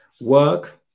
work